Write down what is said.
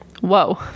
Whoa